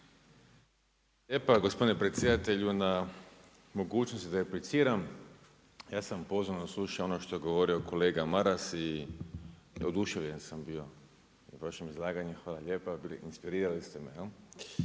lijepa gospodine predsjedatelju na mogućnosti da repliciram. Ja sam pozorno slušao ono što je govorio kolega Maras i oduševljen sam bio vašim izlaganjem, hvala lijepa, inspirirali ste me,